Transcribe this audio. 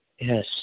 Yes